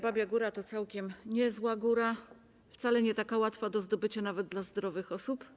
Babia Góra to całkiem niezła góra, wcale nie taka łatwa do zdobycia, nawet dla zdrowych osób.